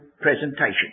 presentation